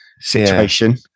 situation